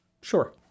Sure